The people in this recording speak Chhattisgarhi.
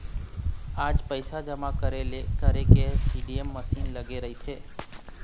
आज पइसा जमा करे के सीडीएम मसीन लगे रहिथे